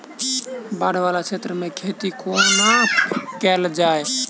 बाढ़ वला क्षेत्र मे खेती कोना कैल जाय?